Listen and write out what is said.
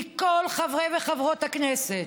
מכל חברי וחברות הכנסת,